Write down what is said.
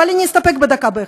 אבל אני אסתפק בדקה בהחלט.